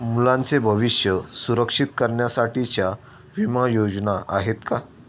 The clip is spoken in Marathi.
मुलांचे भविष्य सुरक्षित करण्यासाठीच्या विमा योजना आहेत का?